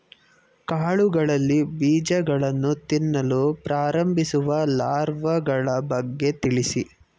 ಕಾಳುಗಳಲ್ಲಿ ಬೀಜಗಳನ್ನು ತಿನ್ನಲು ಪ್ರಾರಂಭಿಸುವ ಲಾರ್ವಗಳ ಬಗ್ಗೆ ತಿಳಿಸಿ?